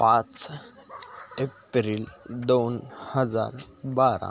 पाच एप्रिल दोन हजार बारा